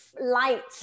light